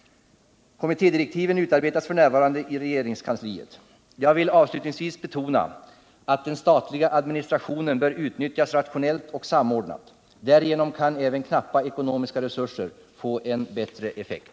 Kommittédirektiven utarbetas f.n. i regeringskansliet. 3 Jag vill avslutningsvis betona att den statliga administrationen bör utnyttjas rationellt och samordnat. Därigenom kan även knappa ekonomiska resurser få en bättre effekt.